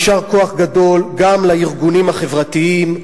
יישר כוח גדול גם לארגונים החברתיים,